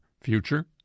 future